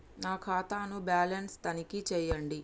నా ఖాతా ను బ్యాలన్స్ తనిఖీ చేయండి?